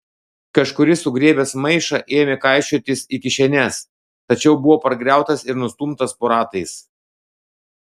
kažkuris sugriebęs maišą ėmė kaišiotis į kišenes tačiau buvo pargriautas ir nustumtas po ratais